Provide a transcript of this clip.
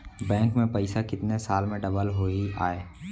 Bank में पइसा कितने साल में डबल होही आय?